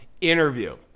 interview